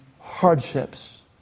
hardships